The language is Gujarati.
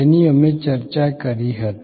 જેની અમે ચર્ચા કરી હતી